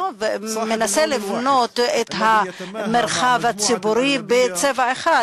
הרוב מנסה לבנות את המרחב הציבורי בצבע אחד,